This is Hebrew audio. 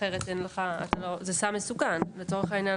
זהו סם מסוכן; לצורך העניין,